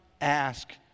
ask